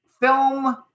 film